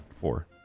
four